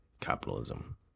Capitalism